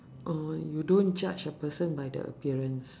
oh you don't judge a person by the appearance